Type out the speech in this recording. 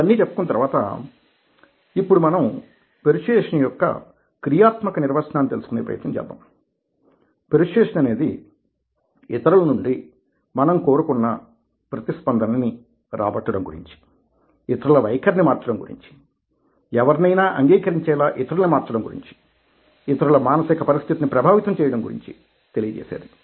ఇవన్నీ చెప్పుకున్న తర్వాత ఇప్పుడు మనం పెర్సుయేసన్ యొక్క క్రియాత్మక నిర్వచనాన్ని తెలుసుకునే ప్రయత్నం చేద్దాం పెర్సుయేసన్ అనేది ఇతరుల నుండి మనం కోరుకున్న ప్రతిస్పందనని రాబట్టడం గురించి ఇతరుల వైఖరిని మార్చడం గురించి ఎవరినైనా అంగీకరించేలా ఇతరులని మార్చడం గురించి ఇతరుల మానసిక పరిస్థితిని ప్రభావితం చేయడం గురించి తెలియజేసేది